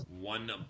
one